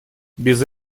без